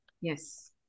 Yes